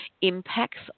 impacts